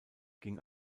ging